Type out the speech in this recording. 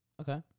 okay